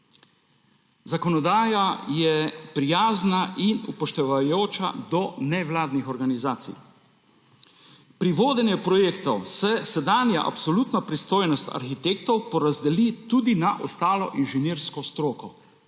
Zakonodaja je prijazna in upoštevajoča do nevladnih organizacij. Pri vodenju projektov se sedanja absolutna pristojnost arhitektov porazdeli tudi na ostalo inženirsko stroko.